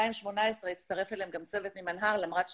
ב-2018 הצטרף אליהם גם צוות ממנה"ר למרות